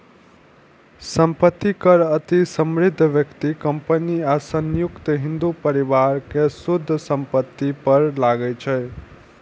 संपत्ति कर अति समृद्ध व्यक्ति, कंपनी आ संयुक्त हिंदू परिवार के शुद्ध संपत्ति पर लागै छै